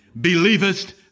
Believest